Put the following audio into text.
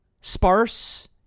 sparse